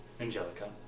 Angelica